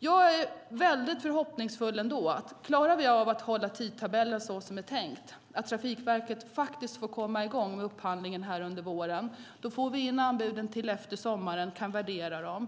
Om vi klarar av att hålla tidtabellen som det är tänkt, att Trafikverket får komma i gång med upphandlingen under våren, är jag förhoppningsfull om att vi får in anbuden efter sommaren och kan utvärdera dem.